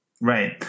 right